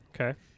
Okay